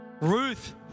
Ruth